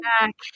back